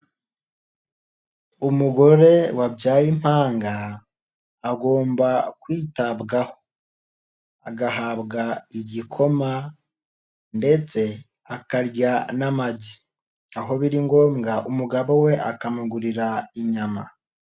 Umugore wabyaye impanga agomba kwitabwaho, agahabwa igikoma ndetse akarya n'amagi, aho biri ngombwa umugabo we akamugurira inyama.